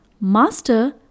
Master